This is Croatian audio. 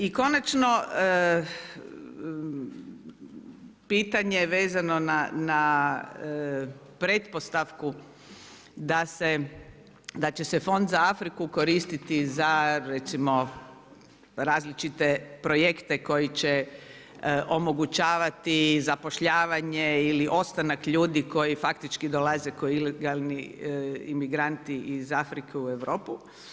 I konačno pitanje vezano na pretpostavku da se, da će se Fond za Afriku koristiti za recimo različite projekte koji će omogućavati zapošljavanje ili ostanak ljudi koji faktički dolaze kao ilegalni imigranti iz Afrike u Europu.